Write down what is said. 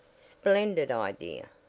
splendid idea,